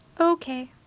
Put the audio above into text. Okay